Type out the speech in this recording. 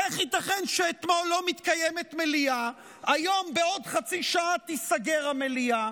איך ייתכן שאתמול לא מתקיימת מליאה והיום בעוד חצי שעה תיסגר המליאה?